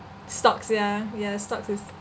stocks ya ya stocks is